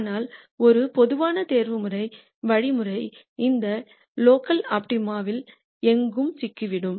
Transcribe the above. ஆனால் ஒரு பொதுவான தேர்வுமுறை வழிமுறை இந்த லோக்கல் ஆப்டிமாவில் எங்கும் சிக்கிவிடும்